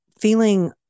feeling